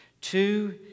Two